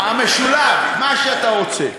המשולב, מה שאתה רוצה.